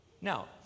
Now